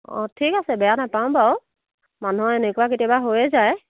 অঁ ঠিক আছে বেয়া নাপাওঁ বাৰু মানুহৰ এনেকুৱা কেতিয়াবা হৈয়ে যায়